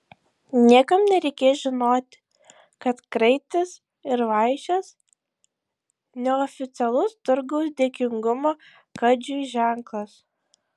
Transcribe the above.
niekam nereikės žinoti kad kraitis ir vaišės neoficialus turgaus dėkingumo kadžiui ženklas